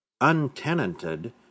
untenanted